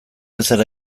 ezer